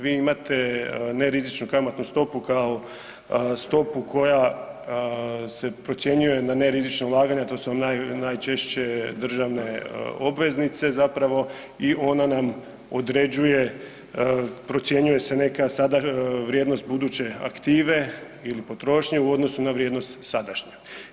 Vi imate nerizičnu kamatnu stopu kao stopu koja se procjenjuje na nerizična ulaganja to su vam najčešće državne obveznice zapravo i ona nam određuje, procjenjuje se sada vrijednost buduće aktive ili potrošnje u odnosu na vrijednost sadašnje.